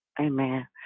Amen